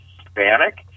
Hispanic